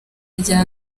rya